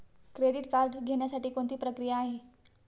Credit card घेण्यासाठी कोणती प्रक्रिया आहे?